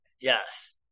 Yes